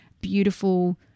beautiful